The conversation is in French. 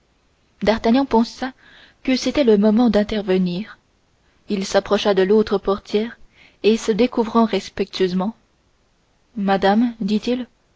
pensa que c'était le moment d'intervenir il s'approcha de l'autre portière et se découvrant respectueusement madame dit-il